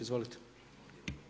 Izvolite.